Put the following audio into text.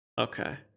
Okay